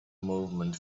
movement